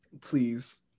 please